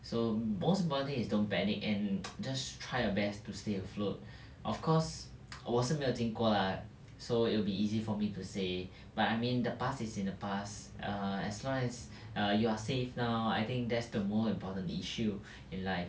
so most important thing is don't panic and just try your best to stay afloat of course 我是没有经过 lah so it'll be easy for me to say but I mean the past is in the past err as long as you are safe now I think that's the more important issue in life